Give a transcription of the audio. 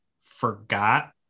forgot